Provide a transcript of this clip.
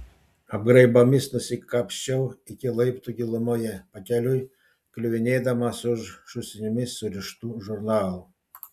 apgraibomis nusikapsčiau iki laiptų gilumoje pakeliui kliuvinėdamas už šūsnimis surištų žurnalų